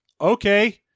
okay